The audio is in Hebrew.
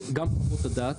גם חוות הדעת.